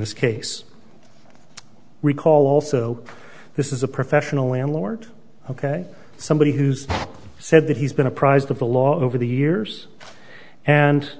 this case i recall also this is a professional landlord ok somebody who's said that he's been apprised of the law over the years and